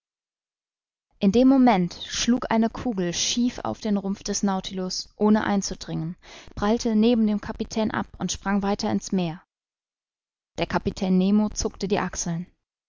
in dem moment schlug eine kugel schief auf den rumpf des nautilus ohne einzudringen prallte neben dem kapitän ab und sprang weiter in's meer der kapitän nemo zuckte die achseln